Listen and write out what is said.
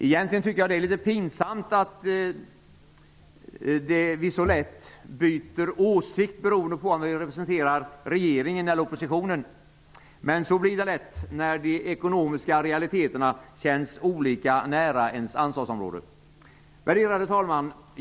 Egentligen tycker jag att det är litet pinsamt att vi så lätt byter åsikt beroende på om vi representerar regeringen eller oppositionen. Men så blir det lätt, när de ekonomiska realiteterna känns olika nära ens ansvarsområde. Värderade talman!